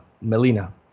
Melina